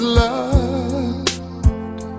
loved